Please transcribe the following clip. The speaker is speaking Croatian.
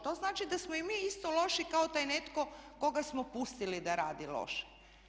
To znači da smo i mi isto loši kao taj netko koga smo pustili da radi loše.